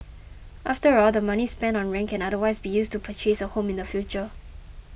after all the money spent on rent can otherwise be used to purchase a home in the future